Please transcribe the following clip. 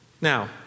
Now